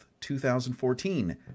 2014